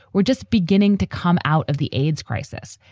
we're just beginning to come out of the aids crisis.